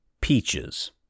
peaches